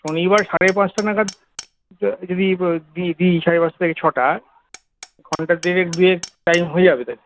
শনিবার সাড়ে পাঁচটা নাগাদ যদি দি দি সাড়ে পাঁচটা থেকে ছটা ঘন্টা দেড়েক দুয়েক টাইম হয়ে যাবে এতে